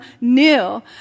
new